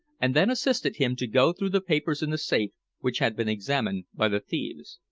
and then assisted him to go through the papers in the safe which had been examined by the thieves.